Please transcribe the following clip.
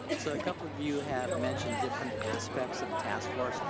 so, a couple of you have mentioned different aspects of the task force,